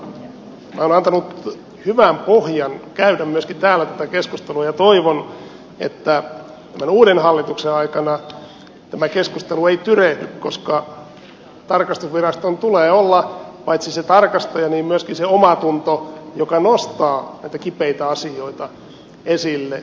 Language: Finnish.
nämä ovat antaneet hyvän pohjan käydä myöskin täällä tätä keskustelua ja toivon että tämän uuden hallituksen aikana tämä keskustelu ei tyrehdy koska tarkastusviraston tulee olla paitsi se tarkastaja niin myöskin se omatunto joka nostaa näitä kipeitä asioita esille